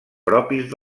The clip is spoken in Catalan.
propis